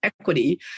equity